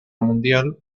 mundial